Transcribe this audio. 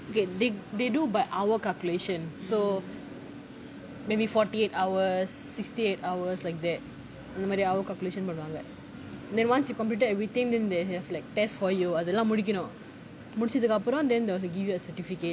okay they they do by hour calculation so maybe forty eight hours sixty eight hours like that அந்த மாரி:antha maari hour calculation பண்ணுவாங்க:pannuvaanga then once you completed everything then they have have like test for you முடிக்கனும் முடிச்சதுகாப்பரம்:mudikanum mudichathukaaparam then they have to give you a certificate